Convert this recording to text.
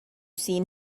seen